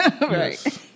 Right